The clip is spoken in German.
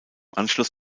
anschluss